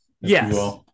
Yes